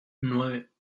nueve